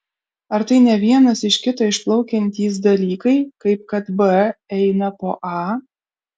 ar tai ne vienas iš kito išplaukiantys dalykai kaip kad b eina po a